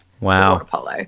Wow